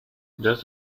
does